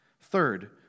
Third